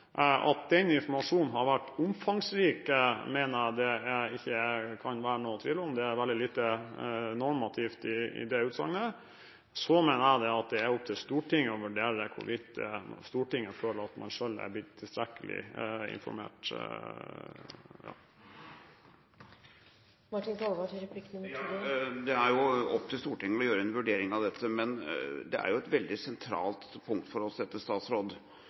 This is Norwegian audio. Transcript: At den informasjonen har vært omfangsrik, mener jeg det ikke kan være noen tvil om. Det er veldig lite normativt i det utsagnet. Jeg mener at det er opp til Stortinget å vurdere hvorvidt Stortinget føler at det selv har blitt tilstrekkelig informert. Det er opp til Stortinget å foreta en vurdering av dette, men dette er et veldig sentralt punkt for oss